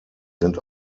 sind